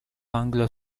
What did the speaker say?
anglo